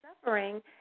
suffering